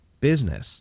business